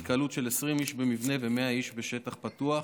התקהלות של 20 איש במבנה ו-100 איש בשטח פתוח,